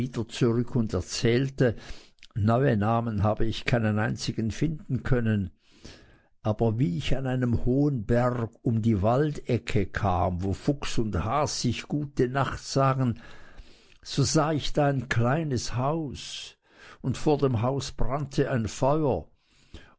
zurück und erzählte neue namen habe ich keinen einzigen finden können aber wie ich an einen hohen berg um die waldecke kam wo fuchs und has sich gute nacht sagen so sah ich da ein kleines haus und vor dem haus brannte ein feuer